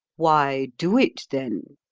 why do it, then?